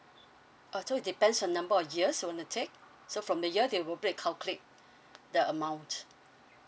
uh so it depends on number of years you want to take so from the year they will recalculate the amount